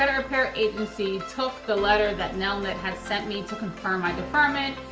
but repair agency took the letter that nelnet had sent me to confirm my deferment,